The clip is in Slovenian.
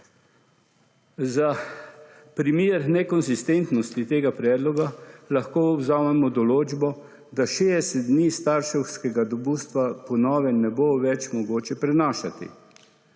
Za primer nekonsistentnosti tega predloga lahko vzamemo določbo, da 60 dni starševskega dopusta po novem ne bo več mogoče prenašati.